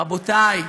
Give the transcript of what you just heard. רבותיי,